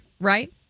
right